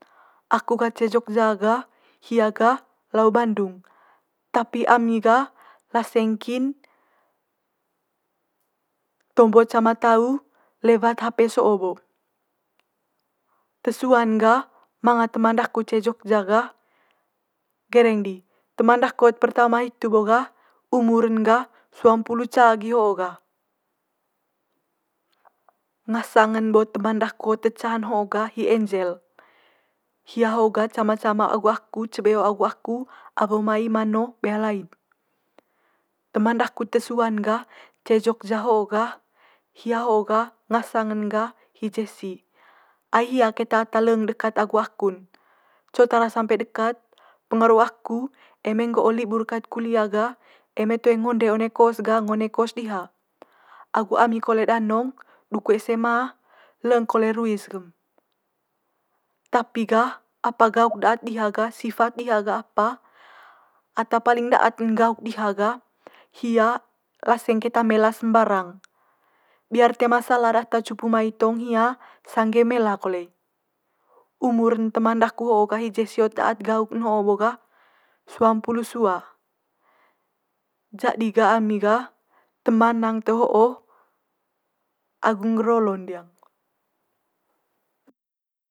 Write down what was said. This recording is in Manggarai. Aku gah ce jogja gah, hia gah lau bandung. Tapi ami gah laseng kin tombo cama tau lewat hape so'o bo. Te sua'n gah manga teman daku ce jogja gah, gereng di teman daku hot pertama hitu bo gah umur ne gah suampulu ca gi ho gah. Ngasang ne teman daku hot te ca'n ho'o gah hi enjel hia ho gah cama cama agu aku ce beo agu aku awo mai mano, bealaing. Teman daku te suan gah ce jogja ho gah hia ho'o gah ngasang ne gah hi jesi, ai hia keta ata leng dekat agu aku'n. Co tara sampe dekat pengaru aku eme nggo'o libur kat kulia gah eme toe ngoende one kos gah ngo one kos diha. Agu ami kole danong duku SMA leng kole ruis gem. Tapi gah apa gauk daat diha gah sifat diha gah apa ata paling daat'n gauk diha gah, hia laseng keta mela sembarang, biar toe ma sala data cupu mai tong hia sangge mela kole i. Umur ne teman daku ho'o gah hi jesi hot daat gauk'n ho'o bo gah suampulu sua. Jadi gah ami gah teman nang te ho'o agu ngger olo'n diang.